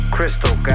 Crystal